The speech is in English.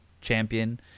champion